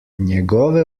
njegove